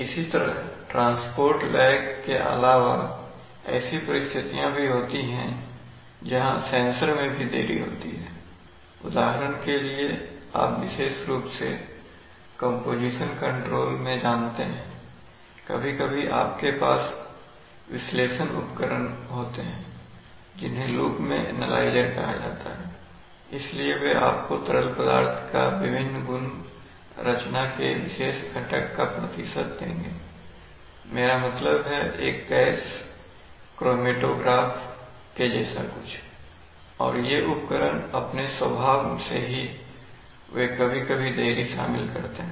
इसी तरह transport lag के अलावा ऐसी परिस्थितियाँ भी होती हैं जहाँ सेंसर में भी देरी होती है उदाहरण के लिए आप विशेष रूप से कंपोज़िशन कंट्रोल में जानते हैं कभी कभी आपके पास विश्लेषण उपकरण होते हैं जिन्हें लूप में एनालाइज़र कहा जाता है इसलिए वे आपको तरल पदार्थ का विभिन्न गुणरचना के विशेष घटक का प्रतिशत देंगे मेरा मतलब है एक गैस क्रोमैटोग्राफ के जैसा कुछ और ये उपकरण अपने स्वभाव से ही वे कभी कभी देरी शामिल करते हैं